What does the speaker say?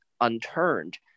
unturned